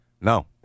No